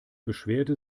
beschwerte